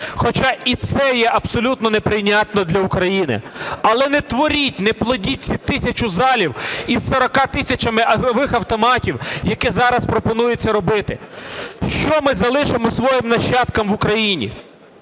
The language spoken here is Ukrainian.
хоча і це є абсолютно неприйнятно для України. Але не творіть, не плодіть ці тисячу залів із 40 тисячами ігрових автоматів, які зараз пропонуються робити. Що ми залишимо своїм нащадкам в Україні?